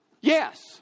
Yes